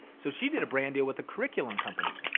so she did a brand deal with a curriculum company.